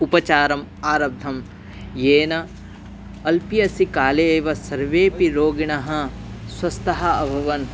उपचारम् आरब्धम् येन अल्पीयसि काले एव सर्वेऽपि रोगिणः स्वस्थः अभवन्